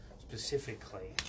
specifically